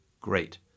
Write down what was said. great